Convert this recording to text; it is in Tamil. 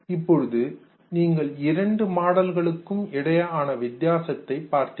இப்போது நீங்கள் இரண்டு மாடல்களுக்கும் இடையிலான வித்தியாசத்தைக் பார்த்தீர்கள்